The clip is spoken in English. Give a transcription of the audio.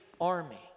Army